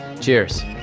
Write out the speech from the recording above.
Cheers